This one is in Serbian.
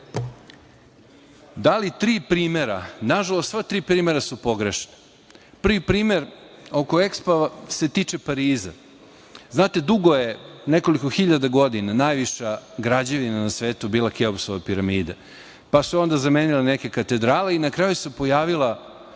dali tri primera. Nažalost, sva ti primera su pogrešna. Prvi primer oko EXPO-a se tiče Pariza. Znate, dugo je nekoliko hiljada godina najviša građevina na svetu bila Keopsova piramida, pa su onda zamenili neke katedrale i na kraju se pojavila